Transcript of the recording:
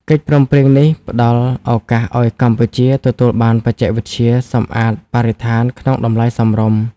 កិច្ចព្រមព្រៀងនេះផ្ដល់ឱកាសឱ្យកម្ពុជាទទួលបានបច្ចេកវិទ្យាសម្អាតបរិស្ថានក្នុងតម្លៃសមរម្យ។